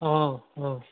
অ অ